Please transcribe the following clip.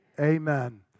Amen